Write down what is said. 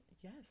Yes